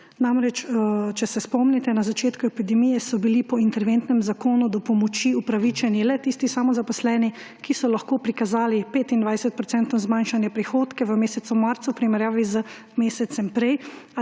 Namreč, če se spomnite, na začetku epidemije so bili po interventnem zakonu do pomoči upravičeni le tisti samozaposleni, ki so lahko prikazali 25 % zmanjšanje prihodka v mesecu marcu v primerjavi z mesecem prej